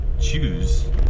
choose